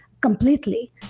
completely